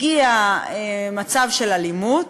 הגיע מצב של אלימות,